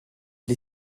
les